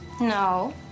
No